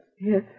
Yes